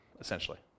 essentially